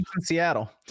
Seattle